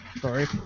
Sorry